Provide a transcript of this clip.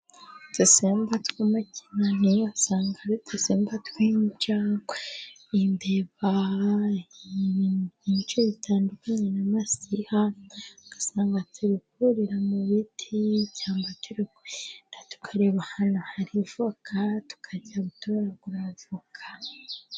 Udusimba two mu kinani usanga ari udusimba tw'injagwe, imbeba ibintu byinshi bitandukanye n'amasiha, ugasanga turi kurira mu biti, cyangwa turi kugenda tukareba ahantu hari voka tukajya gutoragura voka.